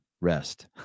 rest